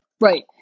Right